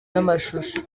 n’amashusho